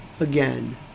again